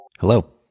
Hello